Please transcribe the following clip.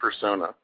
persona